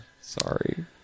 Sorry